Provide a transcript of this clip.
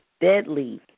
deadly